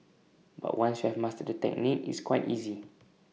but once you have mastered the technique it's quite easy